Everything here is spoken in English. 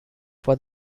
for